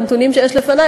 בנתונים שיש לפני,